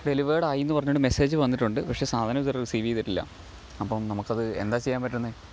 delivered ആയി എന്ന് പറഞ്ഞിട്ട് മെസ്സേജ് വന്നിട്ടുണ്ട് പക്ഷേ സാധനം ഇതുവരെ റിസീവ് ചെയ്തിട്ടില്ല അപ്പം നമുക്ക് അത് എന്താ ചെയ്യാൻ പറ്റുന്നത്